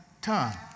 time